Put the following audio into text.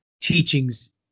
teachings